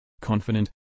Confident